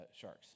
Sharks